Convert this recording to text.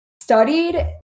studied